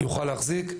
הוא יכול להחזיק אותם.